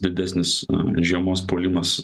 didesnis žiemos puolimas